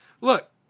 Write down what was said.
Look